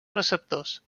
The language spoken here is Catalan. receptors